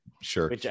sure